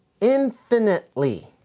infinitely